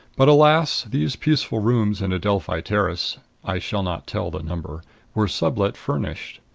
but, alas! these peaceful rooms in adelphi terrace i shall not tell the number were sublet furnished.